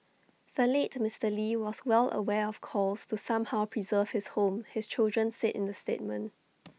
the late Mister lee was well aware of calls to somehow preserve his home his children said in the statement